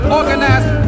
organized